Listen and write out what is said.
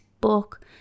book